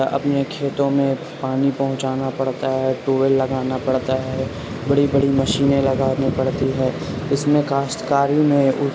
اپنے کھیتوں میں پانی پہنچانا پڑتا ہے ٹویل لگانا پڑتا ہے بڑی بڑی مشینیں لگانی پڑتی ہے اس میں کاشتکاری میں اس